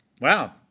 Wow